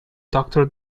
doctor